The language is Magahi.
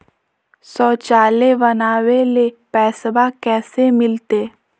शौचालय बनावे ले पैसबा कैसे मिलते?